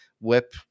whip